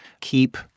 keep